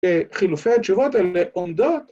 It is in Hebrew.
‫חילופי התשובות אלה עומדות